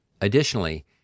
Additionally